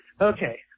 Okay